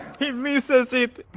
he misses it